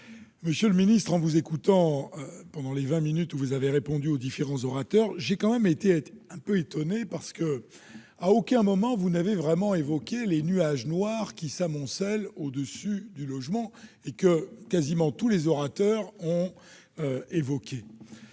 Monsieur le ministre, en vous écoutant pendant les vingt minutes où vous avez répondu aux différents orateurs, j'ai été un peu étonné : à aucun moment vous n'avez vraiment évoqué les nuages noirs qui s'amoncellent au-dessus du logement, alors que presque tous nos collègues en ont